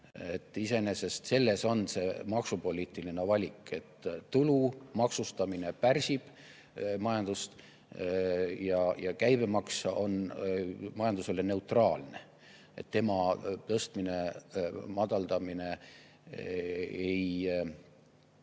Iseenesest on selles see maksupoliitiline valik, et tulu maksustamine pärsib majandust ja käibemaks on majandusele neutraalne. Tema tõstmine või madaldamine ei